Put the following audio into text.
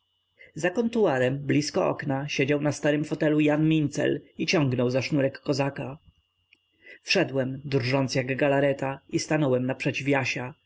za kontuarem blisko okna siedział na starym fotelu jan mincel i ciągnął za sznurek kozaka wszedłem drżąc jak galareta i stanąłem naprzeciw jasia